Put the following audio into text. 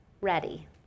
ready